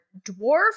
dwarf